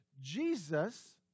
Jesus